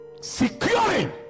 Securing